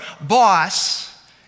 boss